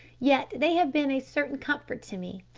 yet they have been a certain comfort to me.